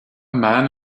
man